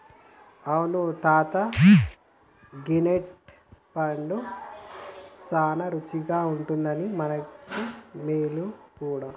అవును తాత గీ నట్ పండు సానా రుచిగుండాది మనకు మేలు గూడా